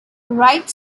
wright